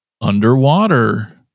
underwater